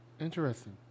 Interesting